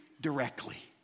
directly